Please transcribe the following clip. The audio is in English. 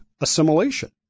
assimilation